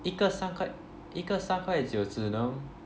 一个三块一个三块九只能